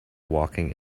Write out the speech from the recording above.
walking